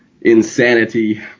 insanity